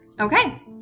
Okay